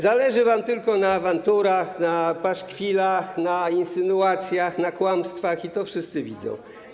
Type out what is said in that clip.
Zależy wam tylko na awanturach, na paszkwilach, na insynuacjach, na kłamstwach i to wszyscy widzą.